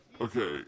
Okay